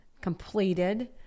completed